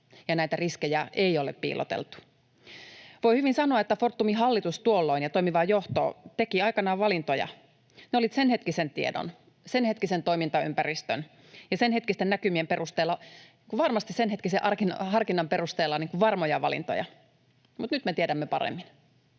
ja näitä riskejä ei ole piiloteltu. Voi hyvin sanoa, että Fortumin silloinen hallitus ja toimiva johto tekivät aikanaan valintoja. Ne olivat senhetkisen tiedon, senhetkisen toimintaympäristön ja senhetkisten näkymien perusteella, varmasti senhetkisen harkinnan